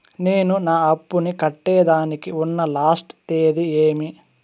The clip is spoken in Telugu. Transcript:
నేను నా అప్పుని కట్టేదానికి ఉన్న లాస్ట్ తేది ఏమి?